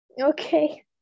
Okay